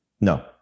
No